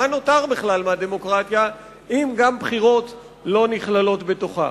מה נותר בכלל מהדמוקרטיה אם גם בחירות לא נכללות בה.